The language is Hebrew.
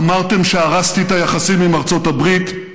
אמרתם שהרסתי את היחסים עם ארצות הברית,